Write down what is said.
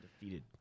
defeated